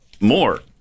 more